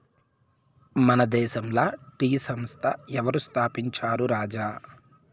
మన దేశంల టీ సంస్థ ఎవరు స్థాపించారు రాజా